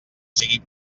sigui